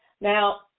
Now